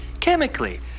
chemically